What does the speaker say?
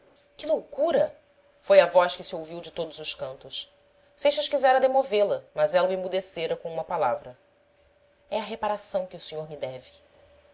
que loucura foi a voz que se ouviu de todos os cantos seixas quisera demovê la mas ela o emudecera com uma palavra é a reparação que o senhor me deve